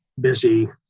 busy